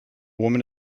woman